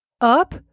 Up